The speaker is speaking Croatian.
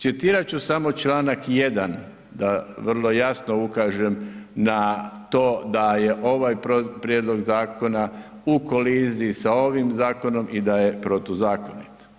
Citirat ću samo Članak 1. da vrlo jasno ukažem na to da je ovaj prijedlog zakona u koliziji sa ovim zakonom i da je protuzakonit.